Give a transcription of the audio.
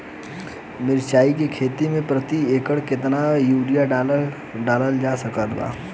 मिरचाई के खेती मे प्रति एकड़ केतना यूरिया डालल जा सकत बा?